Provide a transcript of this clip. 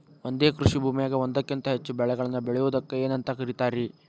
ಒಂದೇ ಕೃಷಿ ಭೂಮಿಯಾಗ ಒಂದಕ್ಕಿಂತ ಹೆಚ್ಚು ಬೆಳೆಗಳನ್ನ ಬೆಳೆಯುವುದಕ್ಕ ಏನಂತ ಕರಿತಾರಿ?